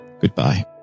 goodbye